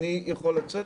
אני יכול לצאת?